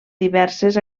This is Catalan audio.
diverses